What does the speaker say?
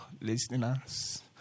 listeners